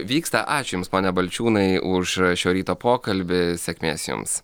vyksta ačiū jums pone balčiūnai už šio ryto pokalbį sėkmės jums